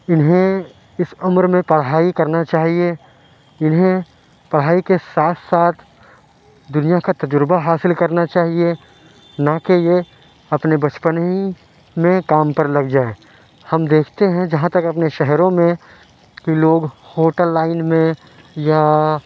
اِنہیں اِس عمر میں پڑھائی کرنا چاہیے اِنہیں پڑھائی کے ساتھ ساتھ دُنیا کا تجربہ حاصل کرنا چاہیے نہ کہ یہ اپنے بچپن ہی میں کام پر لگ جائیں ہم دیکھتے ہیں جہاں تک اپنے شہروں میں کہ لوگ ہوٹل لائن میں یا